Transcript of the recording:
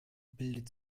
bildet